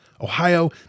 Ohio